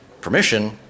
permission